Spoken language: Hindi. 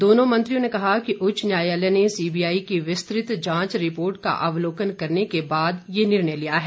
दोनों मंत्रियों ने कहा है कि उच्च न्यायालय ने सीबीआई की विस्तृत जांच रिपोर्ट का अवलोकन करने के बाद ये निर्णय लिया है